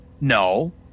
no